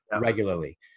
regularly